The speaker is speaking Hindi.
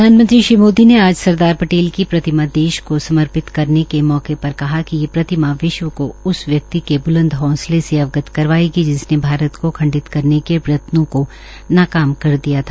प्रधानमंत्री नरेन्द्र मोदी ने आज सरदार पटेल की प्रतिमा देश को समर्पित करने के मौके पर कहा कि ये प्रतिमा विश्व को उस व्यक्ति के ब्लंद हौंसले से अवगत करवायेगी जिसने भारत को खंडित करने के प्रत्यनों को नाकाम कर दिया था